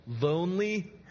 lonely